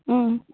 ம்